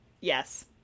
yes